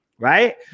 Right